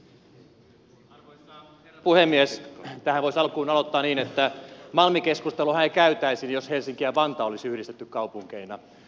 tähän voisi alkuun aloittaa niin että malmi keskusteluahan ei käytäisi jos helsinki ja vantaa olisi yhdistetty kaupunkeina